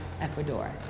Ecuador